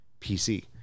PC